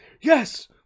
yes